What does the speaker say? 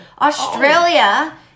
Australia